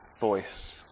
voice